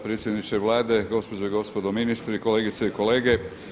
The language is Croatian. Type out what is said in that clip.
Predsjedniče Vlade, gospođe i gospodo ministri, kolegice i kolege.